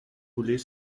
rouler